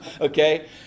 Okay